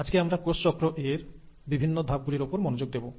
আজকে আমরা কোষ চক্র এর বিভিন্ন ধাপ গুলির ওপর মনোযোগ দেব